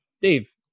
Dave